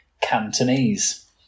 Cantonese